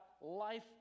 life